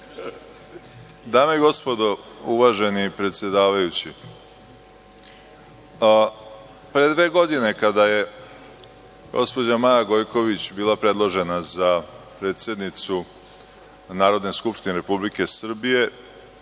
Dame i gospodo, uvaženi predsedavajući, pre dve godine kada je gospođa Maja Gojković bila predložena za predsednicu Narodne skupštine Republike Srbije